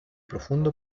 profundo